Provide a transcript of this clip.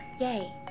Yay